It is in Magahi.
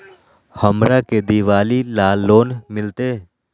हमरा के दिवाली ला लोन मिलते?